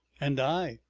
and i.